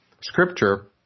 scripture